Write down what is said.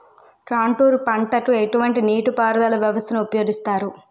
Contour పంటకు ఎటువంటి నీటిపారుదల వ్యవస్థను ఉపయోగిస్తారు?